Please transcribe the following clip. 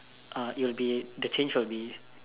uh it will be the change will be